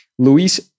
Luis